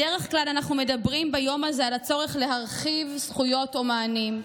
בדרך כלל אנחנו מדברים ביום הזה על הצורך להרחיב זכויות או מענים.